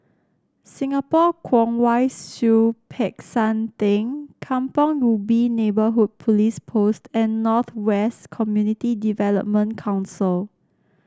Singapore Kwong Wai Siew Peck San Theng Kampong Ubi Neighbourhood Police Post and North West Community Development Council